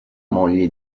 moglie